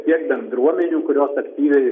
tiek bendruomenių kurios aktyviai